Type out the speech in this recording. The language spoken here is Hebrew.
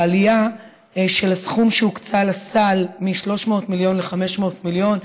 בעלייה של הסכום שהוקצה לסל מ-300 מיליון ל-500 מיליון,